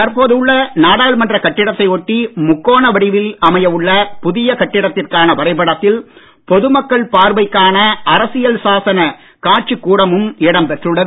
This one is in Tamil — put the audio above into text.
தற்போது உள்ள நாடாளுமன்ற கட்டிடத்தை ஒட்டி முக்கோண வடிவில் அமைய உள்ள புதிய கட்டிடத்திற்கான வரைபடத்தில் பொதுமக்கள் பார்வைக்கான அரசியல் சாசன காட்சிக் கூடமும் இடம்பெற்றுள்ளது